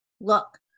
Look